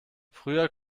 früher